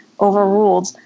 overruled